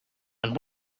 and